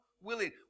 willing